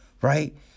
right